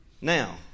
Now